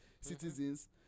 citizens